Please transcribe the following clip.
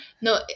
No